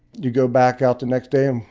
you go back out the next day and,